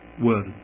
word